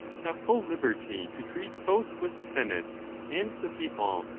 have full liberty to treat both with the senate and the people,